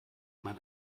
mein